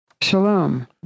Shalom